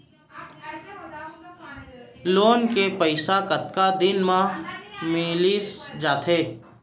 Loan के पइसा कतका दिन मा मिलिस जाथे?